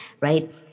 right